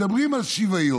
מדברים על שוויון,